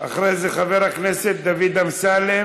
אחרי זה, חבר הכנסת דוד אמסלם.